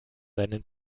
seinen